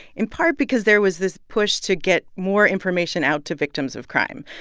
in part because there was this push to get more information out to victims of crime.